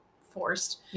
forced